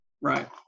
Right